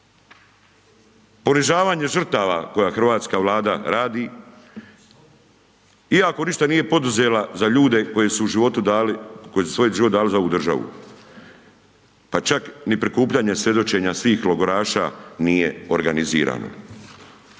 Ponižavanje žrtava koje hrvatska vlada radi, iako ništa nije poduzela za ljude, koji su životu dali, koji su svoj život dali za ovu državu. Pa čak, ni prikupljanje svjedočenja svih logoraša, nije organizirano.